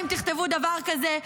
אם תכתבו דבר כזה,